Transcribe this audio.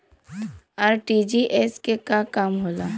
RTGS के का काम होला?